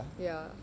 ya